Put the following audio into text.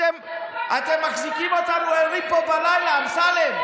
אתם מחזיקים אותנו ערים פה בלילה, אמסלם.